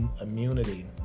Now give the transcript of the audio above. immunity